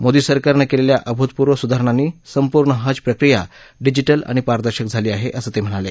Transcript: मोदी सरकारनं केलेल्या अभूतपूर्व सुधारणांनी संपूर्ण हज प्रक्रिया डिजि क्रि आणि पारदर्शक झाली आहे असंही ते म्हणाले